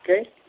okay